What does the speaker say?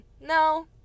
no